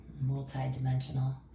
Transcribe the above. Multi-dimensional